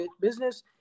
business